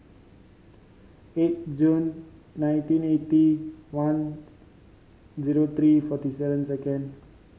eight June nineteen eighty one zero three forty seven second